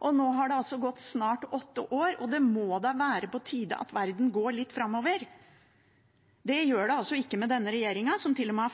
Nå har det snart gått åtte år, og det må da være på tide at verden går litt framover. Det gjør den altså ikke med denne regjeringen, som til og med